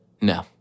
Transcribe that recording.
No